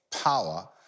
Power